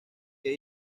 que